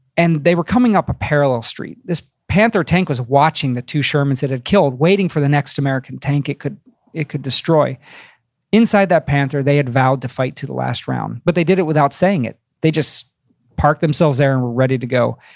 and they were coming up a parallel street. this panther tank was watching the two shermans it had killed, waiting for the next american tank it could it could destroy inside that panther, they had vowed to fight to the last round, but they did it without saying it. they just parked themselves there and were ready to go.